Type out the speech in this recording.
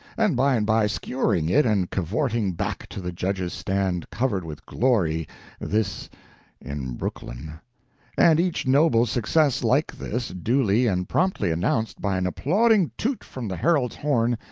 and by and by skewering it and cavorting back to the judges' stand covered with glory this in brooklyn and each noble success like this duly and promptly announced by an applauding toot from the herald's horn,